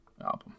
album